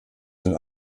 sind